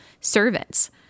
servants